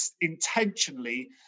intentionally